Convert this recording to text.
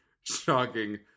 shocking